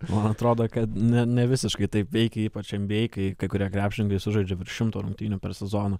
man atrodo kad ne nevisiškai taip veikia ypač en by ei kai kai kurie krepšininkai sužaidžia virš šimto rungtynių per sezoną